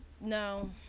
No